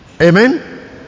amen